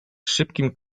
szybkim